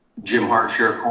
jim hart, sheriff